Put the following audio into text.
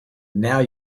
now